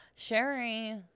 Sherry